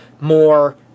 more